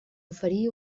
oferir